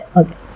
okay